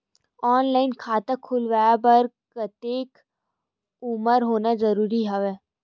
Online खाता खुलवाय बर कतेक उमर होना जरूरी हवय?